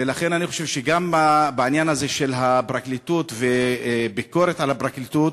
ולכן אני חושב שגם בעניין הזה של הפרקליטות וביקורת על הפרקליטות,